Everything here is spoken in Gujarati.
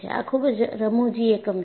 આ ખૂબ જ રમુજી એકમ છે